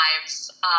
lives